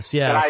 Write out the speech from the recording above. yes